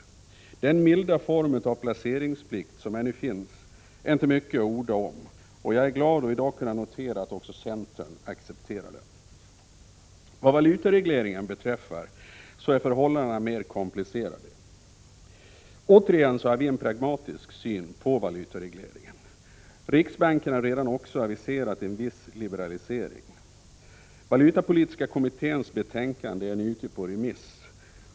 Den milda form av placeringsplikt som ännu finns är inte mycket att orda om, och jag är glad att i dag kunna notera att också centern accepterar den. Vad valutaregleringen beträffar är förhållandena mer komplicerade. Återigen har vi en pragmatisk syn på valutaregleringen. Riksbanken har redan också aviserat en viss liberalisering. Valutakommitténs betänkande är nu ute på remiss.